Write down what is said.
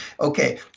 okay